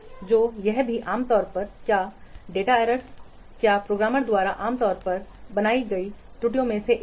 तो यह भी आमतौर पर क्या डेटा त्रुटि क्या प्रोग्रामर द्वारा आम तौर पर बनाई गई त्रुटियों में से एक है